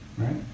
right